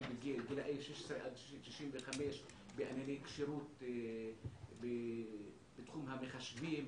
בגילאי 16 עד 65 בענייני כשירות בתחום המחשבים,